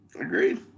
Agreed